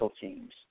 teams